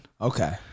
Okay